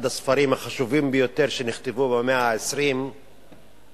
אחד הספרים החשובים ביותר שנכתבו במאה ה-20 הוא